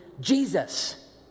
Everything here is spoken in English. Jesus